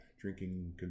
drinking